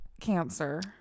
cancer